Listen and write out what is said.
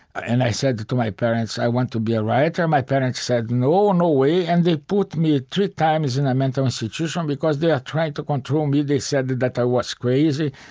and i said to to my parents, i want to be a writer, my parents said, no, no way. and they put me ah three times in a mental institution because they are trying to control me. they said that i was crazy,